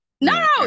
No